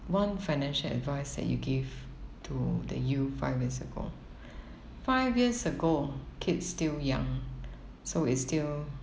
one financial advice that you gave to the youth five years ago five years ago kids still young so it's still